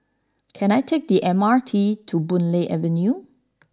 can I take the M R T to Boon Lay Avenue